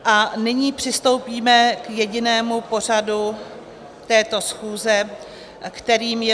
A nyní přistoupíme k jedinému bodu této schůze, kterým je